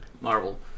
Marvel